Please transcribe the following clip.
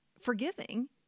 forgiving